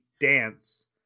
dance